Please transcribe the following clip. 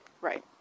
right